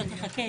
התשפ"ג-2022,